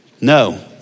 No